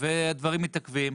והדברים מתעכבים,